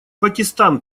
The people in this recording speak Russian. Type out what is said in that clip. пакистан